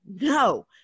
no